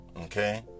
Okay